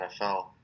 NFL